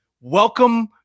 Welcome